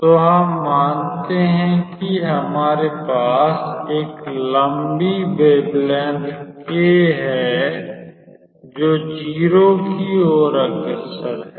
तो हम मानते हैं कि हमारे पास एक लंबी तरंग दैर्ध्य k है जो 0 की ओर अग्रसर है